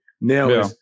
Now